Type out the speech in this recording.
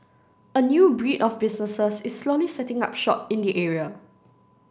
a new breed of businesses is slowly setting up shop in the area